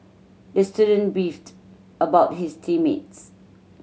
the student beefed about his team mates